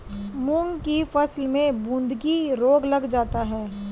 मूंग की फसल में बूंदकी रोग लग जाता है